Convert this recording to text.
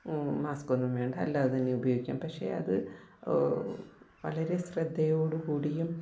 മാസ്ക്കൊന്നും വേണ്ട അല്ലാതെ തന്നെ ഉപയോഗിക്കാം പക്ഷെ അത് വളരെ ശ്രദ്ധ യോടുകൂടിയും